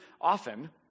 often